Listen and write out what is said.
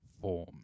form